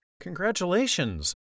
Congratulations